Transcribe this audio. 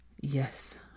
Yes